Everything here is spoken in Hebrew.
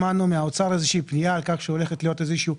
אני מניח שנשמע את האוצר שיביע את דעתו,